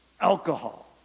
alcohol